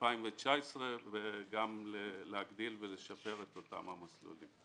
ב-2019 וגם להגדיל ולשפר את אותם המסלולים.